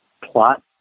plot